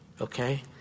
okay